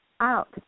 out